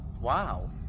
Wow